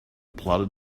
plodded